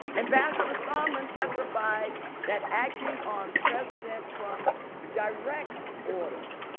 ambassador sondland testified that acting on president trump's direct orders,